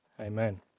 Amen